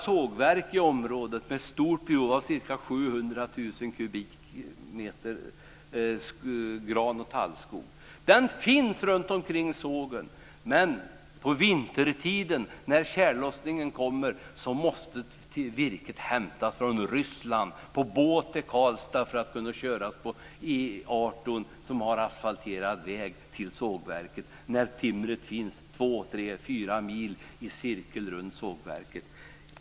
Vi har i området fyra sågverk med stort virkesbehov, av ca 700 000 kubikmeter gran och tallskog. Sådan skog finns runtomkring sågen, men när tjällossningen kommer efter vintern måste virke hämtas från Ryssland. Det går med båt till Karlstad och körs vidare med transport på asfalterad väg efter E 18 till sågverket. Ändå finns det timmerskog i en cirkel om två, tre eller fyra mil runt sågverket.